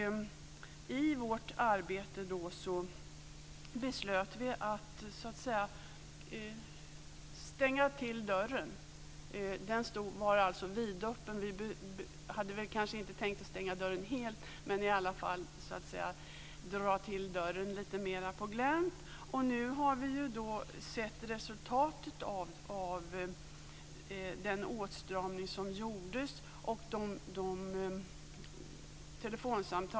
I vårt arbete beslöt vi att stänga till dörren. Den var vidöppen. Vi hade kanske inte tänkt att stänga dörren helt, men i varje fall att dra till dörren lite mer på glänt. Nu har vi sett resultatet av den åtstramning som gjordes.